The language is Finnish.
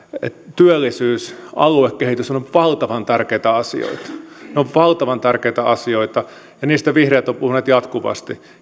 työllisyys ja aluekehitys ovat valtavan tärkeitä asioita ne ovat valtavan tärkeitä asioita ja niistä vihreät ovat puhuneet jatkuvasti